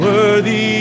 Worthy